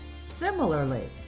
similarly